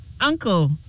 Uncle